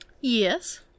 Yes